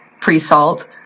pre-salt